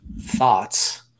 thoughts